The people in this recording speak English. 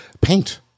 Paint